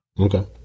Okay